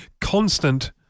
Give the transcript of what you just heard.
constant